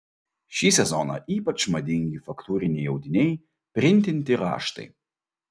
šį sezoną ypač madingi faktūriniai audiniai printinti raštai